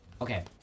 Okay